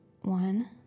one